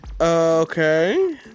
Okay